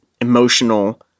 emotional